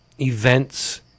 events